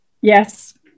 Yes